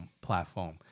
platform